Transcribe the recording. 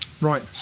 Right